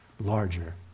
larger